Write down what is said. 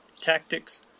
tactics